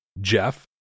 Jeff